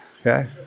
Okay